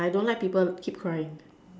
ya I don't like people keep crying